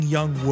Young